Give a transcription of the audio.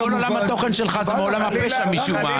כל עולם התוכן שלך זה מעולם הפשע משום מה,